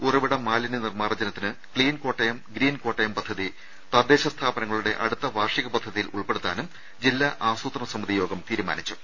ഉറവിട മാലിന്യ നിർമ്മാർജ്ജനത്തിന് ക്സീൻ കോട്ടയം ഗ്രീൻ കോട്ടയം പദ്ധതി തദ്ദേശ സ്ഥാപനങ്ങ ളുടെ അടുത്ത വാർഷിക പദ്ധതിയിൽ ഉൾപ്പെടുത്താനും ജില്ലാ ആസൂത്രണസമിതി യോഗം തീരുമാനിച്ചു